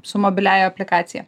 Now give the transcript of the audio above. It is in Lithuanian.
su mobiliąja aplikacija